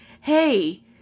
Hey